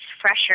fresher